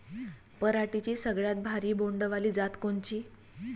पराटीची सगळ्यात भारी बोंड वाली जात कोनची?